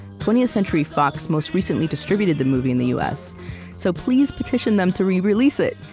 twentieth century fox most recently distributed the movie in the us so please petition them to re-release it!